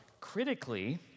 Critically